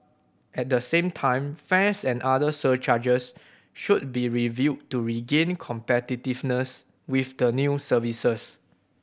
at the same time fares and other surcharges should be reviewed to regain competitiveness with the new services